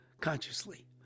consciously